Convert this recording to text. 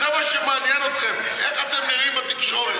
זה מה שמעניין אתכם, איך אתם נראים בתקשורת.